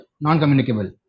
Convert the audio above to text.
non-communicable